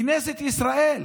בכנסת ישראל,